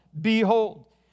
behold